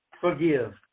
forgive